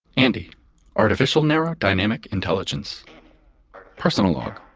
andi artificial narrow dynamic intelligence personal log.